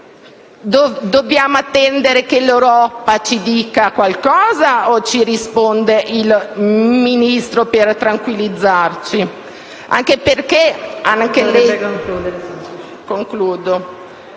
Dobbiamo attendere che l'Europa ci dica qualcosa, o ci risponde il Ministro, per tranquillizzarci? PRESIDENTE.